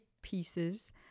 Pieces